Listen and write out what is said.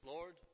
Lord